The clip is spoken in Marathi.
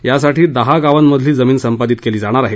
यासाठी दहा गावांमधील जमीन संपादित केली जाणार आहे